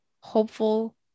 hopeful